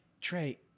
Trey